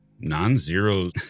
non-zero